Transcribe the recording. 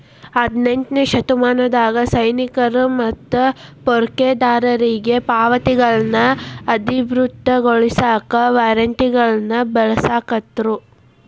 ಹದಿನೆಂಟನೇ ಶತಮಾನದಾಗ ಸೈನಿಕರು ಮತ್ತ ಪೂರೈಕೆದಾರರಿಗಿ ಪಾವತಿಗಳನ್ನ ಅಧಿಕೃತಗೊಳಸಾಕ ವಾರ್ರೆಂಟ್ಗಳನ್ನ ಬಳಸಾಕತ್ರು